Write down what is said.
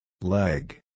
Leg